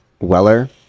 Weller